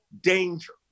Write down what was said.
danger